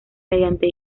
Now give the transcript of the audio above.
mediante